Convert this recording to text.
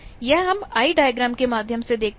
यह हम आयी डायग्राम के माध्यम से देखते हैं